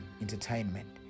Entertainment